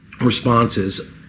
responses